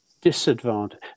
disadvantage